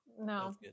No